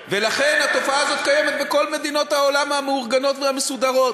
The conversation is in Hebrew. התופעה הזאת קיימת בכל מדינות העולם המאורגנות והמסודרות.